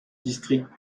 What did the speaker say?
district